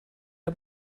der